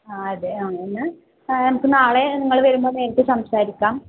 ആ അതെ ആ എന്നാല് നമുക്ക് നാളെ നിങ്ങള് വരുമ്പോള് നേരിട്ട് സംസാരിക്കാം